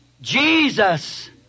Jesus